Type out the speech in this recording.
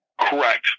Correct